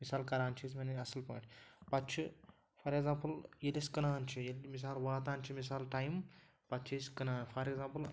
مِثال کران چھِس وَنے اَصٕل پٲٹھۍ پَتہٕ چھِ فار اٮ۪کزامپٕل ییٚلہِ أسۍ کٕنان چھُ ییٚلہِ مِثال واتان چھِ مِثال ٹایم پَتہٕ چھِ أسۍ کٕنان فار اٮ۪کزامپٕل